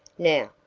now,